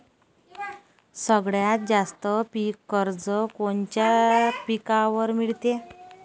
सगळ्यात जास्त पीक कर्ज कोनच्या पिकावर मिळते?